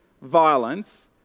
violence